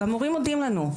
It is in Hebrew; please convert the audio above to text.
והמורים מודים לנו.